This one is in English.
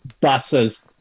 buses